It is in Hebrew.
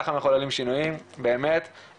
ככה מחוללים שינויים באמת,